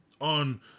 on